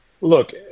Look